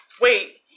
wait